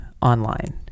online